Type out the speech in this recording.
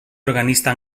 organista